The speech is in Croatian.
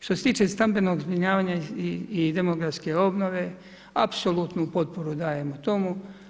Što se tiče stambenog zbrinjavanja i demografske obnove, apsolutnu potporu dajem tomu.